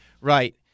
Right